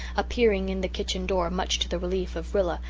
appearing in the kitchen door, much to the relief of rilla,